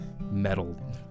metal